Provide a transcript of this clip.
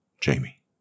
Jamie